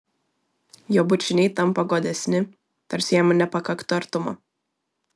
jo bučiniai tampa godesni tarsi jam nepakaktų artumo